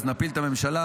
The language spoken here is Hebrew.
נפיל את הממשלה.